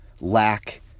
lack